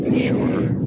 Sure